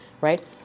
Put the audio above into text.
right